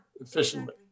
efficiently